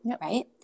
right